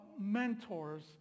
mentors